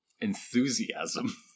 Enthusiasm